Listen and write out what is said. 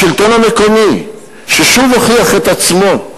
השלטון המקומי, ששוב הוכיח את עצמו,